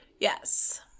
Yes